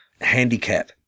handicap